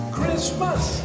Christmas